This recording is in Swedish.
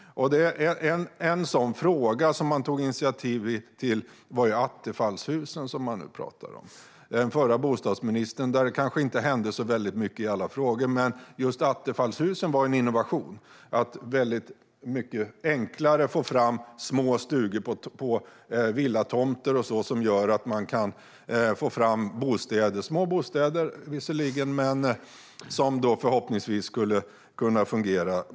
En sak som man tog initiativ till var attefallshusen, som det nu talas om. Det hände kanske inte så mycket i alla frågor under den förra bostadsministerns tid, men just attefallshusen var en innovation. Det blev mycket enklare att bygga små stugor på villatomter för att få fram bostäder, visserligen små, som förhoppningsvis skulle kunna fungera.